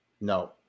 No